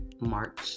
March